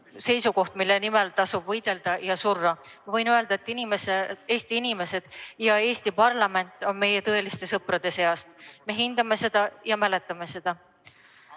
seisukoht, mille nimel tasub võidelda ja surra. Võin öelda, et Eesti inimesed ja Eesti parlament on meie tõeliste sõprade seas. Me hindame seda ja mäletame seda. Aga